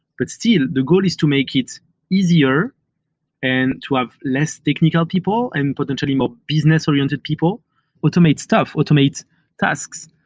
but still, the goal is to make it easier and to have less technical people and potentially more business-oriented people automate stuff, automate tasks.